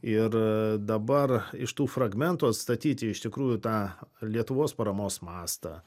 ir dabar iš tų fragmentų atstatyti iš tikrųjų tą lietuvos paramos mastą